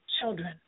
children